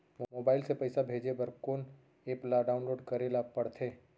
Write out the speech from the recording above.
Mobile से पइसा भेजे बर कोन एप ल डाऊनलोड करे ला पड़थे?